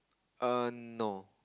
err no